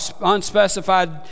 unspecified